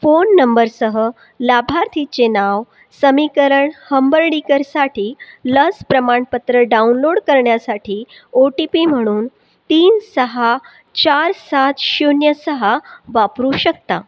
phone नंबरसह लाभार्थीचे नाव समीकरण हंबरडीकरसाठी लस प्रमाणपत्र डाउनलोड करण्यासाठी ओ टी पी म्हणून तीन सहा चार सात शून्य सहा वापरू शकता